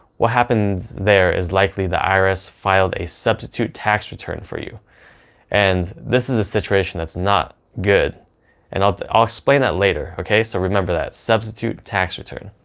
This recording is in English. what happened there is likely the irs filed a substitute tax return for you and this is a situation that's not good and i'll ah explain that later okay. so remember that substitute tax return.